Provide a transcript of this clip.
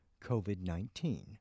COVID-19